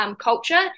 culture